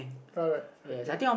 alright okay